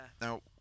Now